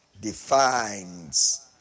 defines